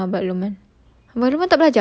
yang kak ipar abang lukman